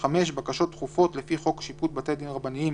(5) בקשות דחופות לפי חוק שיפוט בתי דין רבניים